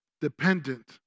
Dependent